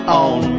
on